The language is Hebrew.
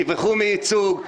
תברחו מייצוג,